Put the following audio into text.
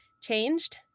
changed